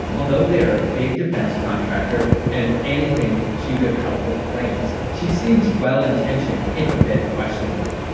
although they are a big defense contractor. and if anything, she would help with planes. she seems well intentioned, if a bit questionable.